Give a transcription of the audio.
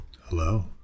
Hello